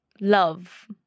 love